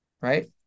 Right